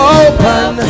open